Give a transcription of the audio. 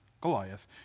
Goliath